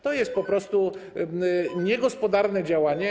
To jest po prostu niegospodarne działanie.